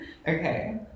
Okay